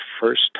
first